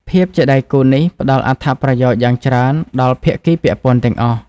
ភាពជាដៃគូនេះផ្តល់អត្ថប្រយោជន៍យ៉ាងច្រើនដល់ភាគីពាក់ព័ន្ធទាំងអស់។